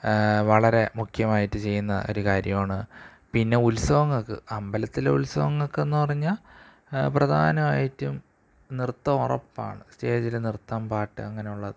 വളരെ മുഖ്യമായിട്ട് ചെയ്യുന്ന ഒരു കാര്യമാണ് പിന്നെ ഉത്സവങ്ങൾക്ക് അമ്പലത്തിലെ ഉത്സവങ്ങൾക്കെന്നു പറഞ്ഞാൽ പ്രധാനമായിട്ടും നൃത്തം ഉറപ്പാണ് സ്റ്റേജിൽ നൃത്തം പാട്ട് അങ്ങനെ ഉള്ളത്